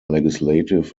legislative